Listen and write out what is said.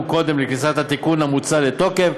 קודם לכניסת התיקון המוצע לתוקף,